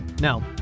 No